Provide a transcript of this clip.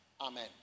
Amen